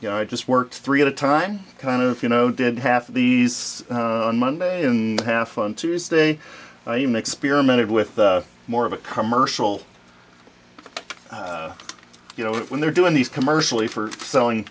you know i just worked three at a time kind of you know didn't have these monday in half on tuesday i am experimented with more of a commercial you know when they're doing these commercially for selling